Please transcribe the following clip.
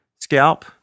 scalp